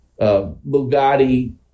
Bugatti